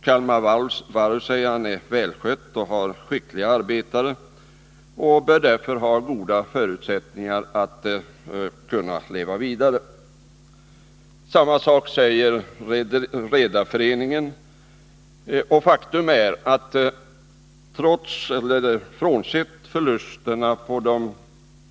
Han säger att Kalmar Varv är välskött och har skickliga arbetare och därför bör ha goda förutsättningar att leva vidare. Om sysselsättning Samma sak säger Redareföreningen.